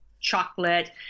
chocolate